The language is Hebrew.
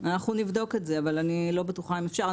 אנחנו נבדוק את זה אבל אני לא בטוחה אם אפשר.